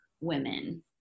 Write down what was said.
women